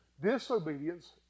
disobedience